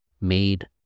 made